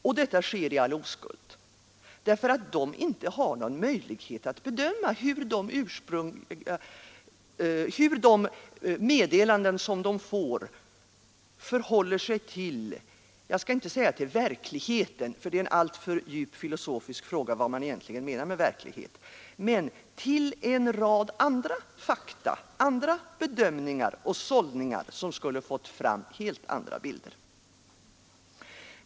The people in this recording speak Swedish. Och detta sker i all oskuld, därför att befattningshavarna inte har någon möjlighet att bedöma hur de meddelanden som de får förhåller sig till — jag skall inte säga till verkligheten, ty det är en djup filosofisk fråga vad man egentligen menar med verklighet — men till en rad andra fakta, andra bedömningar och sållningar, som skulle fått fram helt andra bilder.